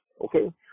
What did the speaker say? okay